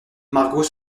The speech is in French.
margot